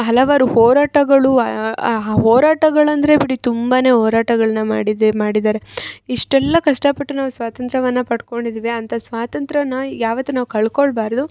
ಹಲವಾರು ಹೋರಾಟಗಳು ಹೋರಾಟಗಳು ಅಂದರೆ ಬಿಡಿ ತುಂಬಾ ಹೋರಾಟಗಳ್ನ ಮಾಡಿದ್ದೆ ಮಾಡಿದಾರೆ ಇಷ್ಟೆಲ್ಲ ಕಷ್ಟಪಟ್ಟು ನಾವು ಸ್ವಾತಂತ್ರ್ಯವನ್ನ ಪಡ್ಕೊಂಡಿದೀವಿ ಅಂಥ ಸ್ವಾತಂತ್ರ್ಯವನ್ನು ಈಗ ಯಾವತ್ತು ನಾವು ಕಳ್ಕೊಳ್ಬಾರದು